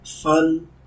Fun